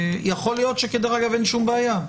יכול להיות שכדרך אגב, אין שום בעיה.